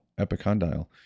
epicondyle